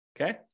Okay